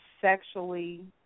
sexually